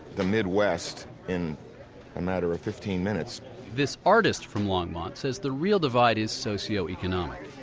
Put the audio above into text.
the midwest in a matter of fifteen minutes this artist from longmont says the real divide is socio-economic.